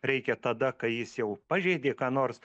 reikia tada kai jis jau pažeidė ką nors